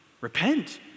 Repent